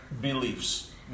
beliefs